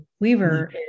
Weaver